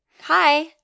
hi